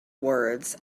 words